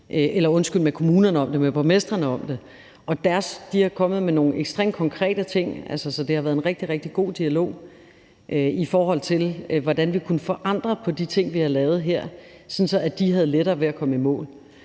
mødtes med kommunerne om det, altså med borgmestrene om det, og de er kommet med nogle ekstremt konkrete ting. Så det har været en rigtig, rigtig god dialog, i forhold til hvordan vi kan forandre de ting, vi har lavet her, så de har lettere ved at komme i mål.